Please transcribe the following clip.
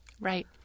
Right